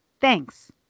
Thanks